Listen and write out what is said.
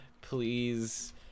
Please